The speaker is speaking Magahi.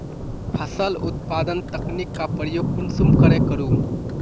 फसल उत्पादन तकनीक का प्रयोग कुंसम करे करूम?